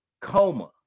Coma